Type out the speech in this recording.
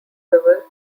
river